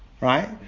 right